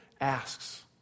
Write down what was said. asks